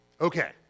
Okay